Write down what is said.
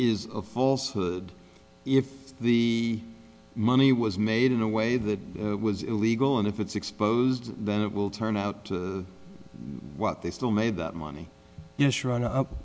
is false if the money was made in a way that was illegal and if it's exposed then it will turn out what they still made that money yes run up